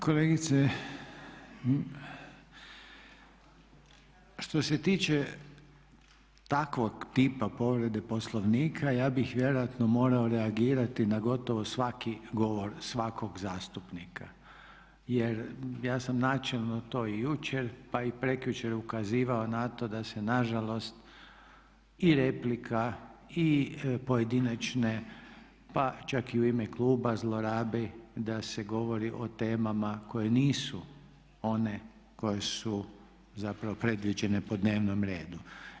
Kolegice što se tiče takvog tipa povrede Poslovnika ja bih vjerojatno morao reagirati na gotovo svaki govor svakog zastupnika, jer ja sam načelno to i jučer, pa i prekjučer ukazivao na to da se na žalost i replika i pojedinačne pa čak i u ime kluba zlorabi da se govori o temama koje nisu one koje su zapravo predviđene po dnevnom redu.